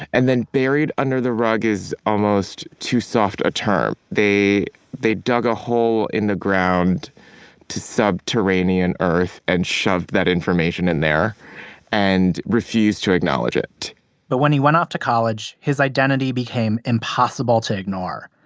and then buried under the rug is almost too soft a term. they they dug a hole in the ground to subterranean earth and shoved that information in there and refused to acknowledge it but when he went off to college, his identity became impossible to ignore.